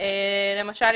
התוכנית